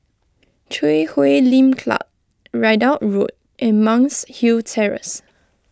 Chui Huay Lim Club Ridout Road and Monk's Hill Terrace